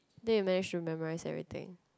then you managed to memorise everything